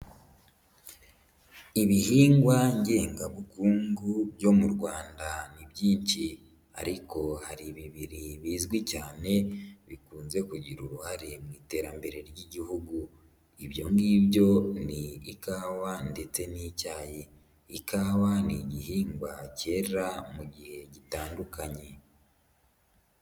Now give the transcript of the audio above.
Ibihingwa ngengabukungu byo mu Rwanda ni byinshi ariko hari bibiri bizwi cyane, bikunze kugira uruhare mu iterambere ry'igihugu. Ibyo ngibyo n'ikawa ndetse n'icyayi. Ikawa ni igihingwa cyera mu gihe gitandukanye.